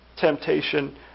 temptation